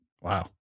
Wow